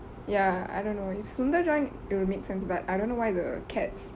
ya I don't know if sunda join it will make sense but I don't know why the cats